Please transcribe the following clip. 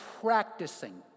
practicing